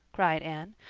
cried anne.